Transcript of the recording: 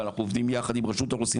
ואנחנו עובדים ביחד עם רשות האוכלוסין